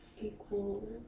Equal